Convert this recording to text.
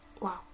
Wow